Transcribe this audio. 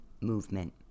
movement